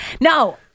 No